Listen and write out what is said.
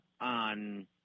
on